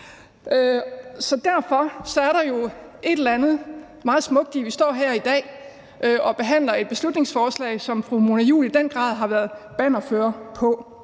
derfor er der jo et eller andet meget smukt i, at vi står her i dag og behandler et beslutningsforslag, som fru Mona Juul i den grad har været bannerfører på.